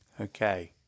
Okay